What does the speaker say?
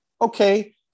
Okay